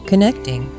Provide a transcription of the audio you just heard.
Connecting